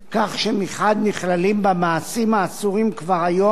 כך שמחד גיסא נכללים בה מעשים האסורים כבר היום,